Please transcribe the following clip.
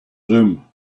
zoom